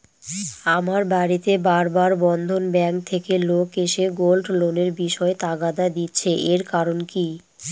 আমার বাড়িতে বার বার বন্ধন ব্যাংক থেকে লোক এসে গোল্ড লোনের বিষয়ে তাগাদা দিচ্ছে এর কারণ কি?